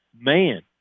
man